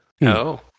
No